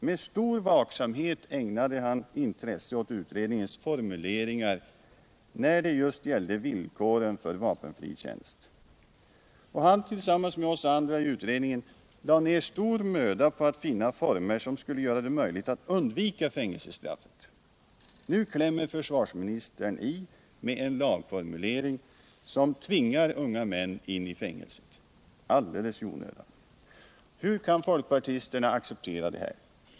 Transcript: Med stor vaksamhet ägnade han intresse åt utredningens formuleringar när det gällde villkoren för vapenfri tjänst. Han, tillsammans med oss andra i utredningen, lade ner stor möda på att finna former som skulle göra det möjligt att undvika fängelsestraff. Nu klämmer försvarsministern i med en lagformulering som tvingar unga män in i fängelse alldeles i onödan. Hur kan folkpartisterna acceptera detta?